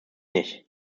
nicht